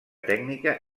tècnica